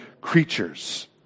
creatures